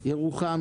ירוחם,